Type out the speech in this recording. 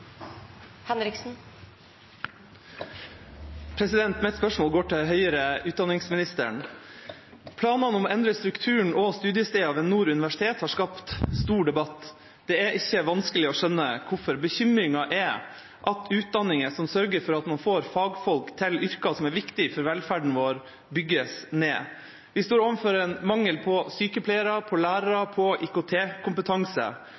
Henriksen. Mitt spørsmål går til forsknings- og høyere utdanningsministeren. Planene om å endre strukturen og studiestedene ved Nord universitet har skapt stor debatt. Det er ikke vanskelig å skjønne hvorfor. Bekymringen er at utdanninger som sørger for at man får fagfolk til yrker som er viktig for velferden vår, bygges ned. Vi står overfor en mangel på sykepleiere, på